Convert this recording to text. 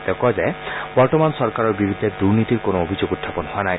তেওঁ কয় যে বৰ্তমান চৰকাৰৰ বিৰুদ্ধে দুৰ্নীতিৰ কোনো অভিযোগ উত্থাপন হোৱা নাই